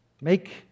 make